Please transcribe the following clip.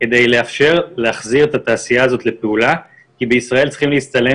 כדי לאפשר להחזיר את התעשייה הזאת לפעולה כי בישראל צריכים להצטלם